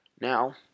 now